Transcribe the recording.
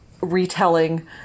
retelling